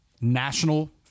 national